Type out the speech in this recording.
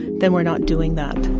then we're not doing that.